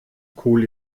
cool